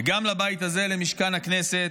וגם לבית הזה, למשכן הכנסת,